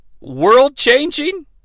world-changing